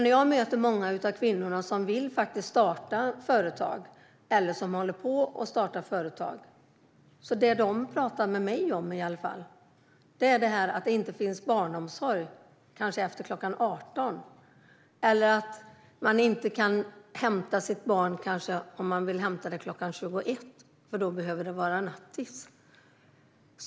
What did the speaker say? När jag möter många kvinnor som vill starta företag eller som håller på att starta företag pratar de med mig om att det inte finns barnomsorg efter kanske kl. 18 eller att man inte kan hämta sitt barn kl. 21 för då är det nattis.